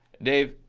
dave,